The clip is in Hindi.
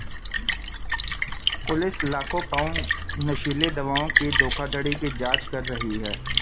पुलिस लाखों पाउंड नशीली दवाओं की धोखाधड़ी की जांच कर रही है